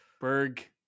Berg